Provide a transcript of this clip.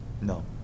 No